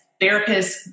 therapists